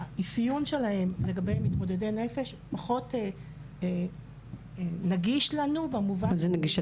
האפיון שלהן לגבי מתמודדי נפש פחות נגיש לנו במובן --- מה זה נגיש?